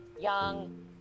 young